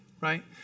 right